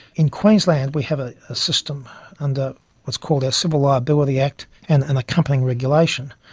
in queensland we have a ah system under what's called our civil liability act and an accompanying regulation,